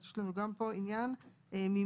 גם פה יש לנו עניין מימוני.